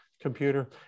computer